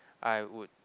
I would